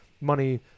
money